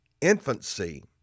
infancy